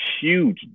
huge